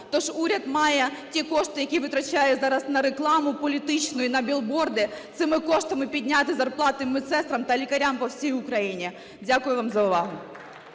Тож уряд має ті кошти, які витрачає зараз на рекламу політичну і на білборди, цими коштами підняти зарплати медсестрам та лікарям по всій Україні. Дякую вам за увагу.